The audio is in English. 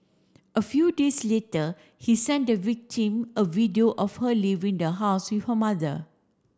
a few days later he sent the victim a video of her leaving the house with her mother